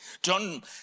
John